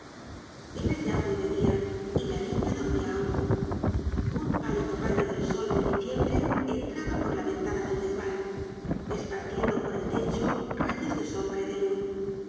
era ya muy de dia y la niña dormía aun un pálido rayo del sol de diciembre entraba por la ventana del desvan esparciendo por el techo rayos de sombra y de luz